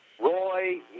Roy